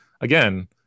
again